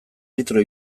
litro